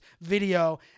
video